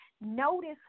Notice